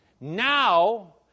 now